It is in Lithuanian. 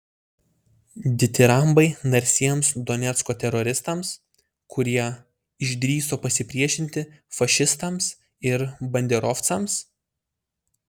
ditirambai narsiems donecko teroristams kurie išdrįso pasipriešinti fašistams ir banderovcams